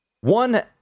One